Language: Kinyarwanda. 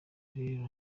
rero